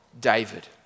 David